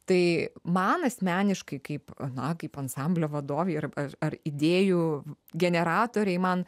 tai man asmeniškai kaip na kaip ansamblio vadovei ir ar idėjų generatorei man